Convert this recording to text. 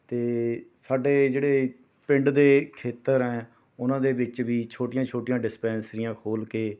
ਅਤੇ ਸਾਡੇ ਜਿਹੜੇ ਪਿੰਡ ਦੇ ਖੇਤਰ ਹੈ ਉਨ੍ਹਾਂ ਦੇ ਵਿੱਚ ਵੀ ਛੋਟੀਆਂ ਛੋਟੀਆਂ ਡਿਸਪੈਂਸਰੀਆਂ ਖੋਲ੍ਹ ਕੇ